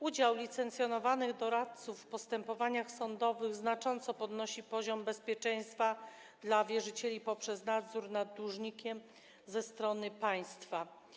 Udział licencjonowanych doradców w postępowaniach sądowych znacząco podnosi poziom bezpieczeństwa wierzycieli poprzez nadzór nad dłużnikiem ze strony państwa.